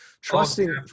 trusting